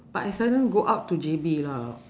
but I seldom go out to J_B lah